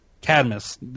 Cadmus